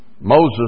Moses